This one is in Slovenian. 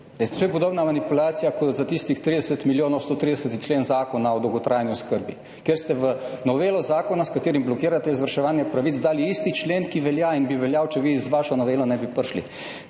je podobna manipulacija kot za tistih 30 milijonov 130. člen Zakona o dolgotrajni oskrbi, kjer ste v novelo zakona, s katerim blokirate izvrševanje pravic dali isti člen, ki velja in bi veljal, če vi z vašo novelo ne bi prišli.